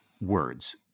words